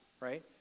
right